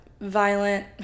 violent